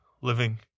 living